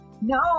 No